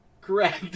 correct